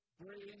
bring